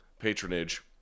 patronage